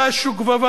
של קש וגבבה,